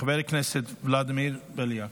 חבר הכנסת ולדימיר בליאק,